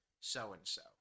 so-and-so